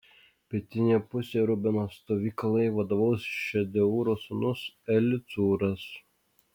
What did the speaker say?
pietinėje pusėje rubeno stovyklai vadovaus šedeūro sūnus elicūras